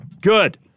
Good